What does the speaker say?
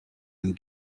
and